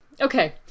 Okay